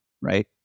right